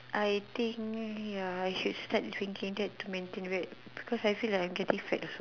I think ya I should start drinking that to maintain weight cause I can feel myself getting fat also